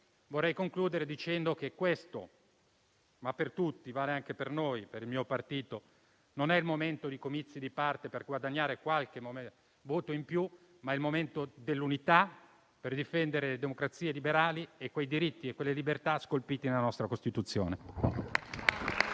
Vorrei concludere dicendo che questo - ma vale per tutti, anche per il mio partito - non è il momento di comizi di parte per guadagnare qualche voto in più. Ma è il momento dell'unità, per difendere le democrazie liberali e quei diritti e quelle libertà scolpiti nella nostra Costituzione.